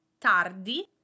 tardi